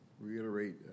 reiterate